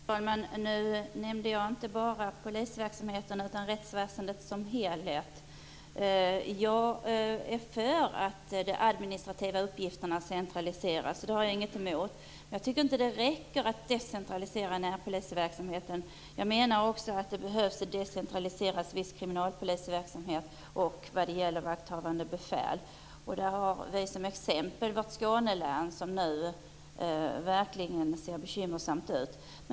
Fru talman! Jag nämnde inte bara polisverksamheten utan rättsväsendet som helhet. Jag har inget emot att de administrativa uppgifterna centraliseras. Jag tycker inte att det räcker att decentralisera närpolisverksamheten. Jag menar att det också behövs viss decentralisering av kriminalpolisverksamhet och av vakthavande befäl. Vi har som exempel Skåne län, där det nu verkligen ser bekymmersamt ut.